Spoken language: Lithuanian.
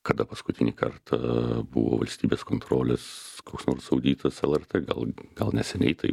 kada paskutinį kartą buvo valstybės kontrolės koks nors auditas lrt gal gal neseniai tai